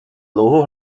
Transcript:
dlouho